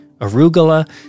arugula